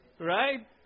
right